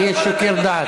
לי יש שיקול דעת.